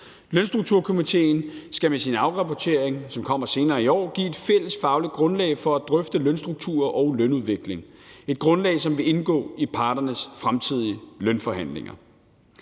Lønstrukturkomitéen skal med sin afrapportering, som kommer senere i år, give et fælles fagligt grundlag for at drøfte lønstrukturer og lønudvikling – et grundlag, som vil indgå i parternes fremtidige lønforhandlinger.